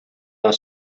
our